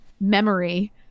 memory